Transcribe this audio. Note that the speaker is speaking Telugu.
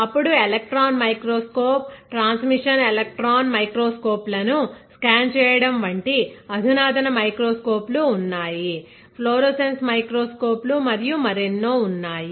అప్పుడు ఎలక్ట్రాన్ మైక్రోస్కోప్ ట్రాన్స్మిషన్ ఎలక్ట్రాన్ మైక్రోస్కోప్లను స్కాన్ చేయడం వంటి అధునాతన మైక్రోస్కోప్ లు ఉన్నాయి ఫ్లోరోసెన్స్ మైక్రోస్కోప్లు మరియు మరెన్నో ఉన్నాయి